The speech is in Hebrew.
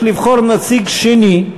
יש לבחור נציג שני,